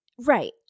right